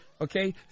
okay